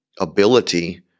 ability